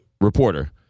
reporter